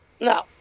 No